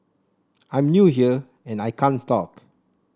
I'm new here and I can't talk